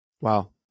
wow